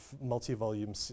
multi-volume